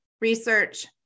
research